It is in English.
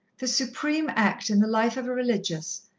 the supreme act in the life of a religious,